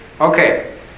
Okay